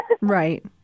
Right